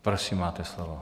Prosím, máte slovo.